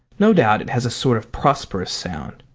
no doubt it has a sort of prosperous sound,